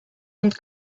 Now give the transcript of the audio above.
und